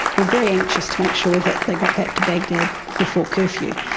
were very anxious to make sure that they got back to baghdad before curfew.